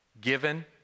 Given